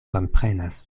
komprenas